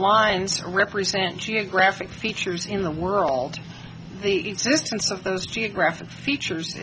lines represent geographic features in the world the existence of those geographic features